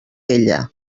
ella